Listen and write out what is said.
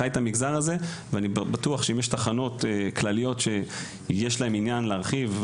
חי את המגזר הזה ואני בטוח שאם יש תחנות כלליות שיש להן עניין להרחיב,